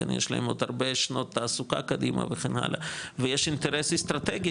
יש להם עוד הרבה שנות תעסוקה קדימה וכן הלאה ויש אינטרס אסטרטגי